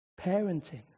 parenting